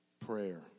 Prayer